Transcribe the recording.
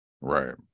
Right